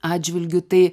atžvilgiu tai